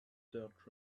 dirt